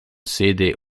sede